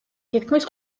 თითქმის